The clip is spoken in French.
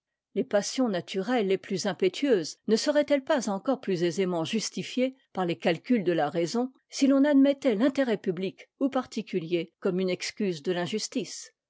les passons naturelles les plus impétueuses ne seraient-elles pas encore plus aisément justifiées par les calculs de la raison si l'on admettait l'intérêt public ou particulier comme une excuse de l'injustice